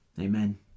Amen